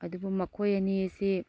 ꯑꯗꯨꯕꯨ ꯃꯈꯣꯏ ꯑꯅꯤ ꯑꯁꯤ